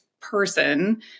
person